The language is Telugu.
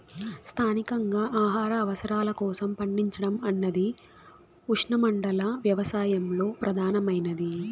స్థానికంగా ఆహార అవసరాల కోసం పండించడం అన్నది ఉష్ణమండల వ్యవసాయంలో ప్రధానమైనది